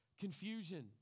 confusion